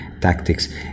tactics